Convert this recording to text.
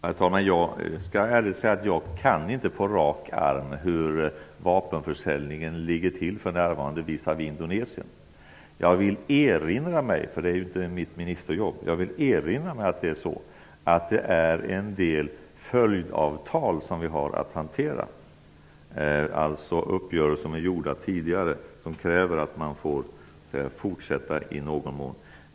Herr talman! Jag skall ärligt säga att jag på rak arm inte kan hur vapenförsäljningen ligger till för närvarande visavi Indonesien. Jag vill erinra mig -- det är ju inte mitt ministerjobb -- att det är en del följdavtal som vi har att hantera. Det är alltså uppgörelser som är gjorda tidigare och som kräver att man fortsätter i någon mån.